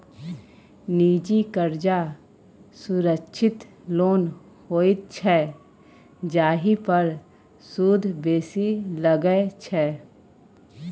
निजी करजा असुरक्षित लोन होइत छै जाहि पर सुद बेसी लगै छै